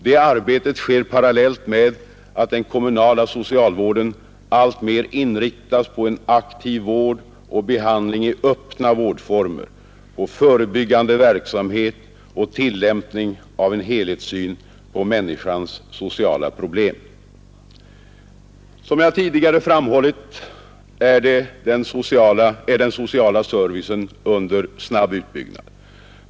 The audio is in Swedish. Det arbetet sker parallellt med att den kommunala socialvården alltmer inriktas på en aktiv vård och behandling i öppna vårdformer, på förebyggande verksamhet och tillämpning av en helhetssyn på människans sociala problem. Som jag tidigare framhållit är den sociala servicen under snabb utbyggnad.